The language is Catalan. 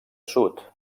sud